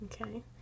Okay